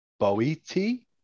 Boiti